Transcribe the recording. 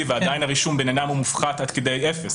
ועדיין הרישום בעניינם הוא מופחת עד כדי אפס.